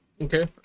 Okay